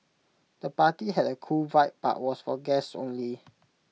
the party had A cool vibe but was for guests only